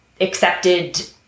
accepted